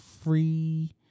free